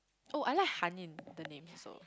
oh I like Han-Yun the name also